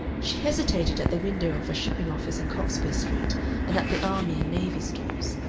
she hesitated at the window of a shipping-office in cockspur street and at the army and navy stores,